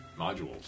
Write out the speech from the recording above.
modules